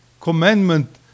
commandment